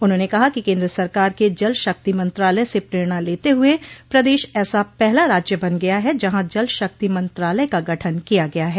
उन्होंने कहा कि केन्द्र सरकार के जल शक्ति मंत्रालय से प्रेरणा लेते हुए प्रदेश ऐसा पहला राज्य बन गया है जहां जल शक्ति मंत्रालय का गठन किया गया है